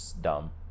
dumb